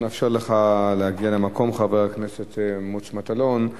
אנחנו נאפשר לך להגיע למקום, חבר הכנסת מוץ מטלון,